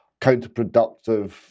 counterproductive